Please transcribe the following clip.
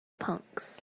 punks